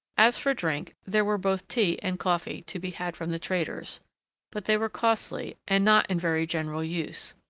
as for drink, there were both tea and coffee to be had from the traders but they were costly and not in very general use.